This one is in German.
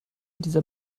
dieser